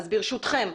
אז ברשותכם,